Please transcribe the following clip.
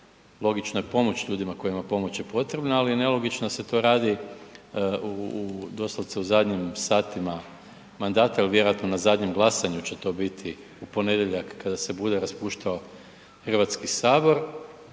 logično je pomoći ljudi koja je pomoć potrebna, ali nelogično da se to radi doslovce u zadnjim satima mandata jer vjerojatno na zadnjem glasanju će to biti u ponedjeljak kada se bude raspuštao Hrvatski sabor